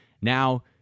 now